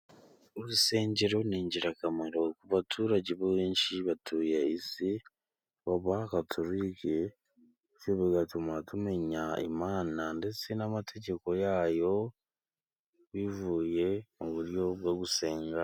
Urusengero ni ingirakamaro ku baturage benshi batuye isi b'abagatorike, bigatuma tumenya Imana ndetse n'amategeko yayo bivuye mu buryo bwo gusenga.